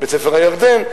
בית-ספר "הירדן",